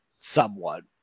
somewhat